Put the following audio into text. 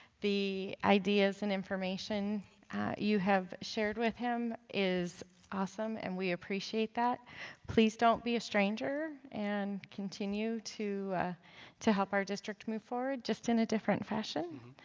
the ideas and information you have shared with him is awesome an and we appreciate that please don't be a stranger an continue to to help our district move forward just in a different fashion.